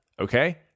okay